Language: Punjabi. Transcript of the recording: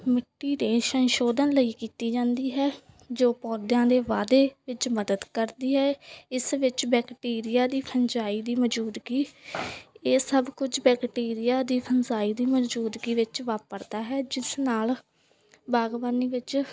ਮਿੱਟੀ ਦੇ ਸੰਸ਼ੋਧਨ ਲਈ ਕੀਤੀ ਜਾਂਦੀ ਹੈ ਜੋ ਪੌਦਿਆਂ ਦੇ ਵਾਧੇ ਵਿੱਚ ਮਦਦ ਕਰਦੀ ਹੈ ਇਸ ਵਿੱਚ ਬੈਕਟੀਰੀਆ ਦੀ ਫੰਜਾਈ ਦੀ ਮੌਜੂਦਗੀ ਇਹ ਸਭ ਕੁੱਝ ਬੈਕਟੀਰੀਆ ਦੀ ਫੰਜਾਈ ਦੀ ਮੌਜੂਦਗੀ ਵਿੱਚ ਵਾਪਰਦਾ ਹੈ ਜਿਸ ਨਾਲ ਬਾਗਬਾਨੀ ਵਿੱਚ